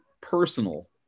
personal